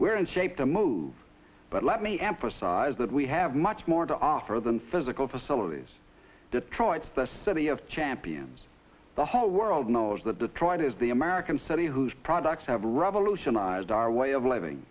where and shape to move but let me emphasize that we have much more to offer than physical facilities detroit's the city of champions the whole world knows that the trite is the american city whose products have revolutionized our way of living